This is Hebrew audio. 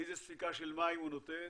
איזה ספיקה של מים הוא נותן,